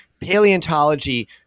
paleontology